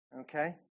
okay